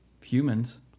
humans